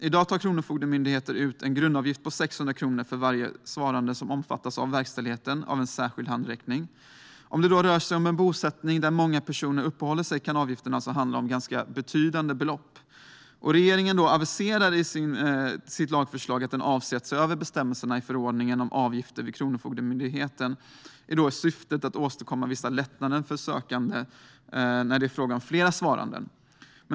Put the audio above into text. I dag tar Kronofogdemyndigheten ut en grundavgift på 600 kronor för varje svarande som omfattas av verkställigheten av en särskild handräckning. Om det rör sig om en bosättning där många personer uppehåller sig kan avgiften alltså uppgå till ganska betydande belopp. Regeringen aviserar i sitt lagförslag att den avser att se över bestämmelserna i förordningen om avgifter vid Kronofogdemyndigheten, i syfte att åstadkomma vissa lättnader för sökande när det är fråga om flera svarande.